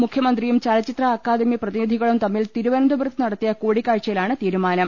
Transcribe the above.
മുഖ്യമന്ത്രിയും ചലച്ചിത്ര അക്കാദമി പ്രതിനിധികളും തമ്മിൽ തിരുവനന്തപുരത്ത് നടത്തിയ കൂടിക്കാഴ്ചയിലാണ് തീരുമാനം